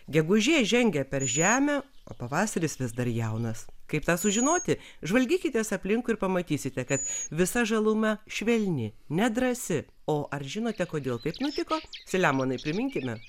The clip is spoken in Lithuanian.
gegužė žengia per žemę o pavasaris vis dar jaunas kaip tą sužinoti žvalgykitės aplinkui ir pamatysite kad visa žaluma švelni nedrąsi o ar žinote kodėl taip nutiko selemonai priminkime